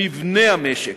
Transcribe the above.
במבנה המשק.